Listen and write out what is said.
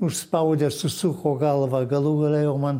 užspaudė susuko galvą galų gale jau man